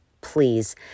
please